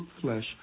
flesh